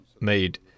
made